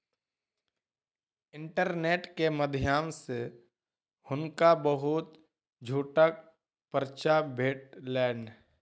internet के माध्यम सॅ हुनका बहुत छूटक पर्चा भेटलैन